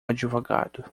advogado